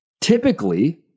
typically